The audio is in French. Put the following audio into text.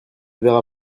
verra